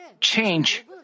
change